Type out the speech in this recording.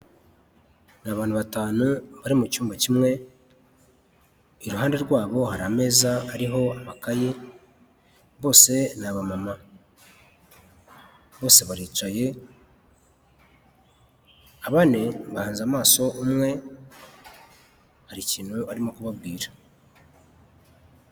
Ni abantu batanu bari mu cyumba kimwe, iruhande rwabo hari ameza ariho amakayi, bose ni abamama, bose baricaye, abandi bahanze amaso umwe hari ikintu arimo kubabwira.